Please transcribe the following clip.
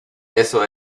eso